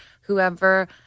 whoever